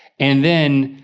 and then,